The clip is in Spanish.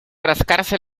rascarse